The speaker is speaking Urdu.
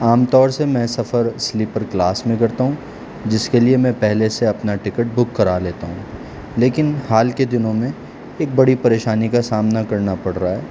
عام طور سے میں سفر سلیپر کلاس میں کرتا ہوں جس کے لیے میں پہلے سے اپنا ٹکٹ بک کرا لیتا ہوں لیکن حال کے دنوں میں ایک بڑی پریشانی کا سامنا کرنا پڑ رہا ہے